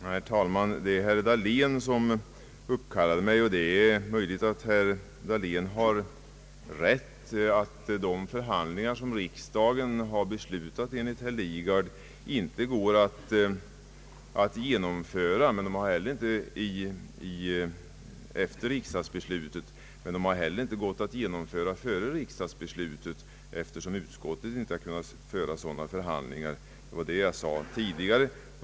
Herr talman! Herr Dahlén uppkallade mig ännu en gång. Det är möjligt att man har rätt i att de förhandlingar, som riksdagen har beslutat om, enligt herr Lidgard inte går att genomföra efter riksdagsbeslutet, men det har heller inte gått att genomföra dem före riksdagsbeslutet, eftersom utskottet inte kunnat föra sådana förhandlingar. Det sade jag tidigare.